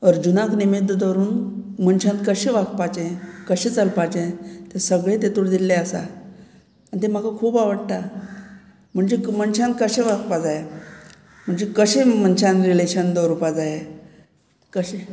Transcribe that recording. अर्जूनाक निमित्त दवरून मनशान कशें वागपाचें कशें चलपाचें तें सगळें तेतूर दिल्लें आसा आनी तें म्हाका खूब आवडटा म्हणजे मनशान कशें वागपा जाय म्हणजे कशें मनशान रिलेशन दवरपा जाय कशें